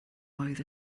oedd